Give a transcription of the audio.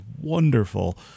wonderful